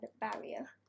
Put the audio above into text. barrier